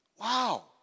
Wow